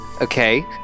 okay